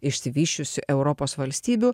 išsivysčiusių europos valstybių